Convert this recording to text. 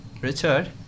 Richard